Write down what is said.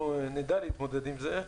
אנחנו נדע להתמודד עם זה.